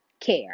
care